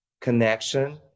connection